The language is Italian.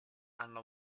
hanno